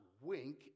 wink